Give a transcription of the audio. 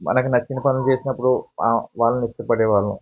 మనకి నచ్చిన పనులు చేసినప్పుడు వాళ్ళని ఇష్టపడేవాళ్ళము